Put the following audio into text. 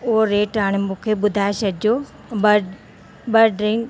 उहो रेट हाणे मूंखे ॿुधाए छॾिजो बड ॿ ड्रिंक